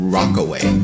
Rockaway